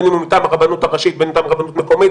בין אם הוא מטעם הרבנות הראשית ובין אם הוא מטעם רבנות מקומית,